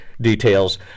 details